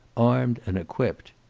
armed and equipped.